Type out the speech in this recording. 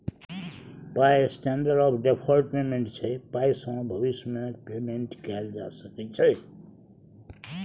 पाइ standard of deferred payment छै पाइसँ भबिस मे पेमेंट कएल जा सकै छै